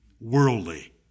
worldly